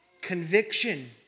Conviction